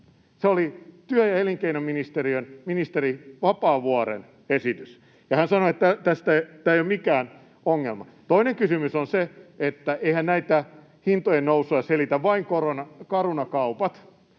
Se oli työ‑ ja elinkeinoministeriön ministeri Vapaavuoren esitys, ja hän sanoi, että tämä ei ole mikään ongelma. Toinen kysymys on se, että eiväthän näitä hintojen nousuja selitä vain Caruna-kaupat